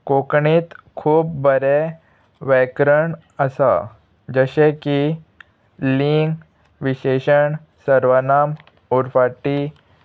कोंकणींत खूब बरें व्याकरण आसा जशें की लिंग विशेशण सर्वनाम उरफाटीं